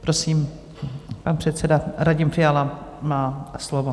Prosím, pan předseda Radim Fiala má slovo.